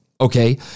okay